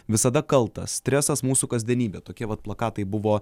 visada kaltas stresas mūsų kasdienybė tokie vat plakatai buvo